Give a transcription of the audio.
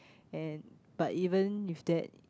and but even with that